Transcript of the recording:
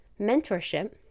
mentorship